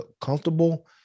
comfortable